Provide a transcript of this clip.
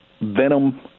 Venom